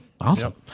Awesome